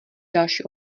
další